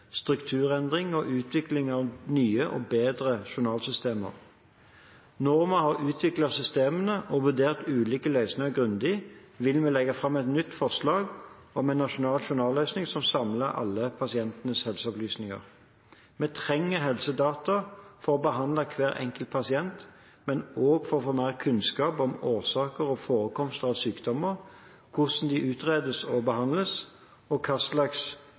strukturering og utvikling av nye og bedre journalsystemer. Når vi har utviklet systemene og vurdert ulike løsninger grundig, vil vi legge fram et nytt forslag om én nasjonal journalløsning som samler alle pasientens helseopplysninger. Vi trenger helsedata for å behandle hver enkelt pasient, men også for å få mer kunnskap om årsaker og forekomst av sykdommer, hvordan de utredes og behandles, og